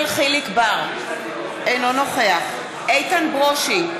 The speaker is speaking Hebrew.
אינו נוכח איתן ברושי,